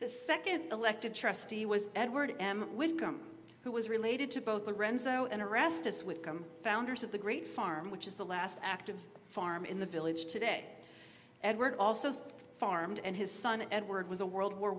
the second elected trustee was edward m would come who was related to both the renzo and arrest us with them founders of the great farm which is the last active farm in the village today edward also farmed and his son edward was a world war